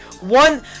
one